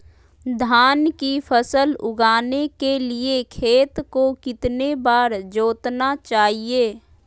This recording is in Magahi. धान की फसल उगाने के लिए खेत को कितने बार जोतना चाइए?